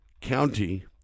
County